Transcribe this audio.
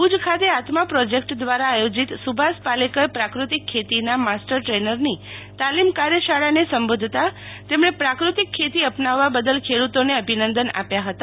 આજે ભુજ ખાતે આત્મા પ્રોજેક્ટ દ્વારા આયોજિત સુભાષ પાલેકર પાકૃતિક ખેતીના માસ્ટર દ્રેનરની તાલીમ કાર્ય શાળાને સંબોધતા તેમણે પ્રાકૃતિક ખેતી અપનાવવા બદલ ખેડૂતોને અભિનંદન આપ્યા હતા